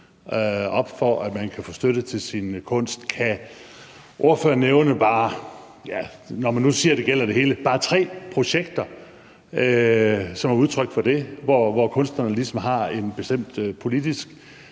for, at man kan få støtte til sin kunst? Kan ordføreren nævne – når man nu siger, at det gælder det hele – bare tre projekter, som er udtryk for det, altså hvor kunstnerne ligesom har et bestemt politisk